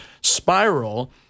spiral